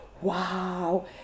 wow